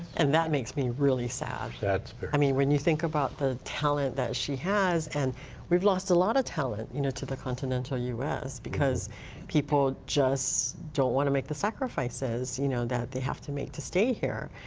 and that makes me really sad. when i mean when you think about the talent that she has and we've lost a lot of talent you know to the continental u s. because people don't want to make the sacrifices you know that they have to make to stay here.